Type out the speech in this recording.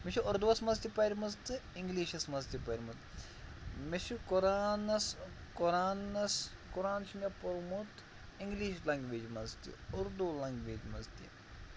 مےٚ چھِ اُردووَس منٛز تہِ پَرۍمَژ تہٕ اِنٛگلِشَس منٛز تہِ پَرۍمُت مےٚ چھُ قرآنَس قرآنَس قرآن چھُ مےٚ پوٚرمُت اِنٛگلِش لنٛگویج منٛز تہِ اُردو لنٛگویج منٛز تہِ